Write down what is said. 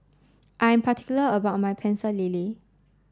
I am particular about my pecel lele